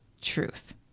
truth